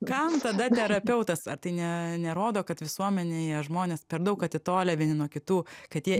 kam tada terapeutas ar tai ne nerodo kad visuomenėje žmonės per daug atitolę vieni nuo kitų kad jie